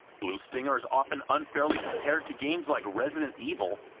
blue stinger is often unfairly compared to games like resident evil,